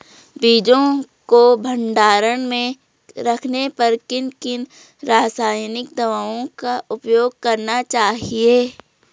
बीजों को भंडारण में रखने पर किन किन रासायनिक दावों का उपयोग करना चाहिए?